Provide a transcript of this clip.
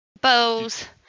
bows